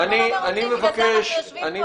אנחנו לא מרוצים, בגלל זה אנחנו יושבים פה.